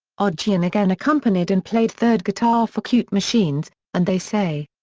odadjian again accompanied and played third guitar for cute machines and they say.